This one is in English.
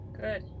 Good